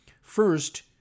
First